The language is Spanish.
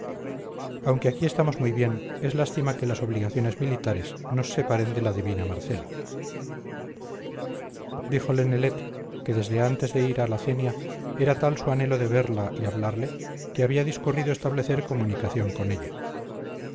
aunque aquí estamos muy bien es lástima que las obligaciones militares nos separen de la divina marcela díjole nelet que desde antes de ir a la cenia era tal su anhelo de verla y hablarle que había discurrido establecer comunicación con ella